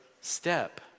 step